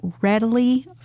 readily